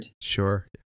Sure